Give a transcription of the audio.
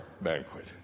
banquet